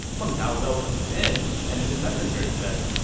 meng da welcomed him in, and this messenger said,